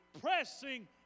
pressing